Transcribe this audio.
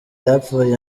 yapfuye